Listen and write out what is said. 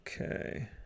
Okay